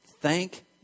thank